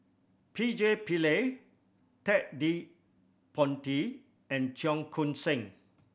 P J Pillay Ted De Ponti and Cheong Koon Seng